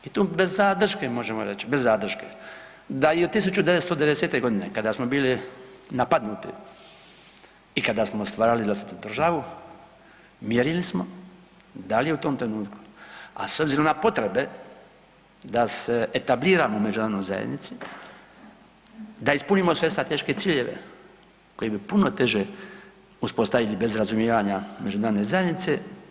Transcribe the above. I tu bez zadrške možemo reći, bez zadrške da je i 1990.g. kada smo bili napadnuti i kada smo stvarali vlastitu državu mjerili smo da li u tom trenutku, a s obzirom na potrebe da se etabliramo u međunarodnoj zajednici, da ispunimo sve strateške ciljeve koji bi puno teže uspostavili bez razumijevanja međunarodne zajednice.